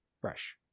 fresh